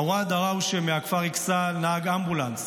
עווד דראושה מהכפר אכסאל, נהג אמבולנס,